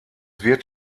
wird